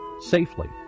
safely